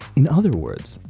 in other words,